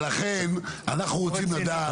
אבל לכן, אנחנו רוצים לדעת